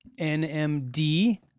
NMD